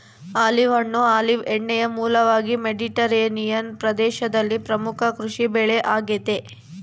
olive ಹಣ್ಣು olive ಎಣ್ಣೆಯ ಮೂಲವಾಗಿ ಮೆಡಿಟರೇನಿಯನ್ ಪ್ರದೇಶದಲ್ಲಿ ಪ್ರಮುಖ ಕೃಷಿಬೆಳೆ ಆಗೆತೆ